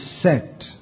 set